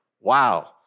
Wow